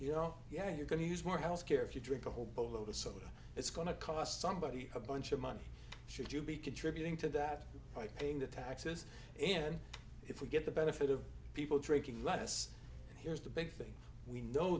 oh yeah you're going to use more health care if you drink a whole boatload of so it's going to cost somebody a bunch of money should you be contributing to that by paying the taxes and if we get the benefit of people drinking less here's the big thing we know